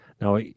Now